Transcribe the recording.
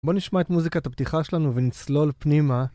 בואו נשמע את מוזיקת הפתיחה שלנו ונצלול פנימה